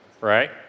right